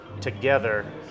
together